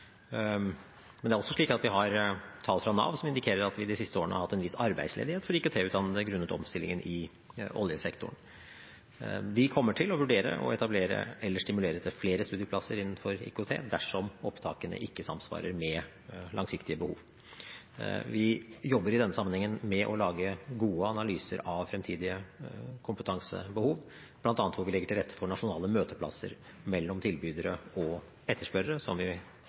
Men vi har også tall fra Nav som indikerer at vi de siste årene har hatt en viss arbeidsledighet for IKT-utdannede grunnet omstillingen i oljesektoren. Vi kommer til å vurdere å stimulere til flere studieplasser innenfor IKT dersom opptakene ikke samsvarer med langsiktige behov. Vi jobber i denne sammenhengen med å lage gode analyser av fremtidige kompetansebehov, hvor vi bl.a. legger til rette for nasjonale møteplasser mellom tilbydere og etterspørrere, som vi